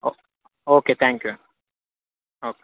okay thank you okay